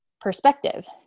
perspective